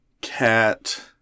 Cat